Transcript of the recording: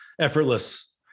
Effortless